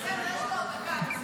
יש לו עוד דקה, זה בסדר.